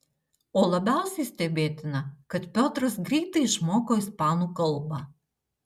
o labiausiai stebėtina kad piotras greitai išmoko ispanų kalbą